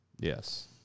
Yes